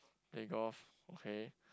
play golf okay